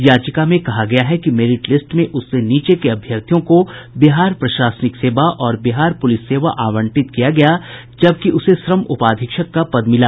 याचिका में कहा गया था कि मेरिट लिस्ट में उससे नीचे के अभ्यर्थियों को बिहार प्रशासनिक सेवा और बिहार पुलिस सेवा आवंटित किया गया जबकि उसे श्रम उपाधीक्षक का पद मिला